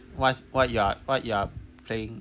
what's what you are what you are playing